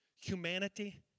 humanity